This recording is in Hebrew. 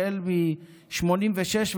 החל מ-1886,